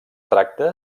tracta